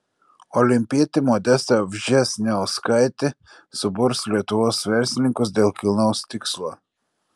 olimpietė modesta vžesniauskaitė suburs lietuvos verslininkus dėl kilnaus tikslo